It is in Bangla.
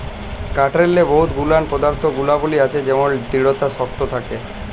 কাঠেরলে বহুত গুলান পদাথ্থ গুলাবলী আছে যেমল দিঢ়তা শক্ত থ্যাকে